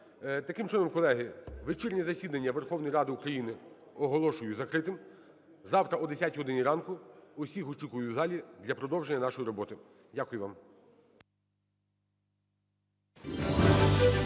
Таким чином, колеги, вечірнє засідання Верховної Ради України оголошую закритим. Завтра о 10 годині ранку усіх очікую в залі для продовження нашої роботи. Дякую вам.